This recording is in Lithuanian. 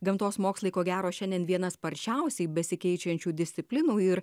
gamtos mokslai ko gero šiandien viena sparčiausiai besikeičiančių disciplinų ir